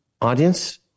audience-